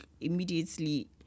immediately